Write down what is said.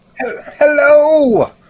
Hello